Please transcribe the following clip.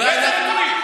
איזה נתונים?